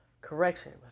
correction